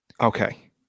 Okay